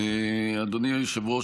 אדוני היושב-ראש,